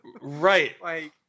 Right